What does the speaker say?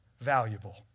valuable